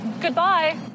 Goodbye